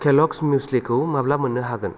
Kellogg's म्युस्लिखौ माब्ला मोननो हागोन